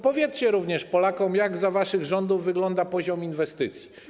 Powiedzcie również Polakom, jak za waszych rządów wygląda poziom inwestycji.